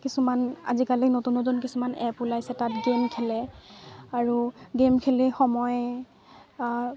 কিছুমান আজিকালি নতুন নতুন কিছুমান এপ ওলাইছে তাত গেম খেলে আৰু গেম খেলি সময়